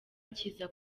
kiza